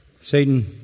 Satan